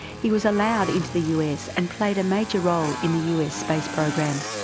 he was allowed into the us and played a major role in the us space program.